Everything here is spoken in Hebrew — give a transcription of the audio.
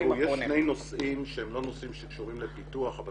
יש שני נושאים שהם לא נושאים שקשורים לפיתוח אבל